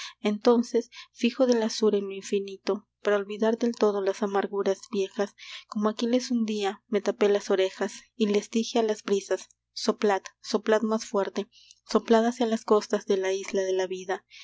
entonces fijo del azur en lo infinito para olvidar del todo las amarguras viejas como aquiles un día me tapé las orejas y les dije a las brisas soplad soplad más fuerte soplad hacia las costas de la isla de la vida